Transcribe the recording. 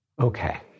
Okay